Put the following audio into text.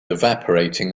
evaporating